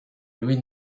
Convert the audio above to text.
louis